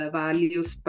values